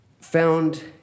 found